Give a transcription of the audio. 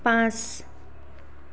পাঁচ